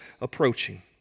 approaching